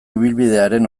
ibilbidearen